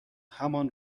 همان